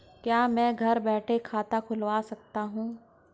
क्या मैं घर बैठे खाता खुलवा सकता हूँ?